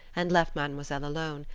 and left mademoiselle alone,